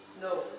No